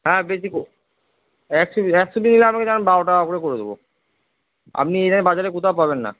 হ্যাঁ বেশি একশো পিস একশো পিস আপনি নেন বারো টাকা করে করে দেব আপনি এই দামে বাজারে কোথাও পাবেন না